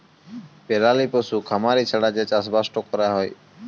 পেরালি পশু খামারি ছাড়া যে চাষবাসট ক্যরা হ্যয়